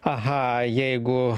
aha jeigu